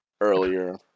earlier